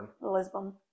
Lisbon